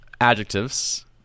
adjectives